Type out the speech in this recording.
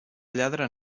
lladre